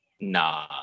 Nah